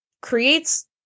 creates